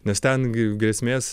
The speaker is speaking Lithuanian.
nes ten gi grėsmės